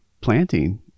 planting